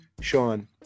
Sean